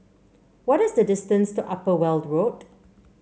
what is the distance to Upper Weld Road